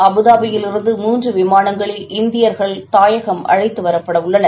அபுதாபியிலிருந்துமூன்று விமானங்களில் இந்தியர்கள் தாயகத்திற்கு அழைத்து வரப்பட உள்ளனர்